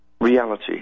reality